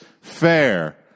fair